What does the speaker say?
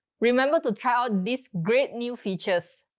remember to try out these great new features.